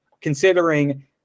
considering –